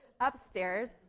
upstairs